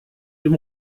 dem